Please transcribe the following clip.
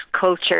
culture